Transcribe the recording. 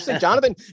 Jonathan